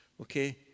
Okay